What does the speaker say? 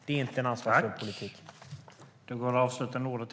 Det är inte en ansvarsfull politik.